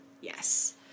Yes